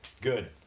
Good